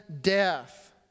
death